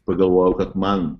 pagalvojau kad man